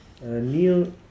Neil